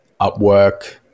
Upwork